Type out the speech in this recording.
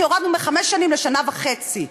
כי הורדנו מחמש שנים לשנה וחצי.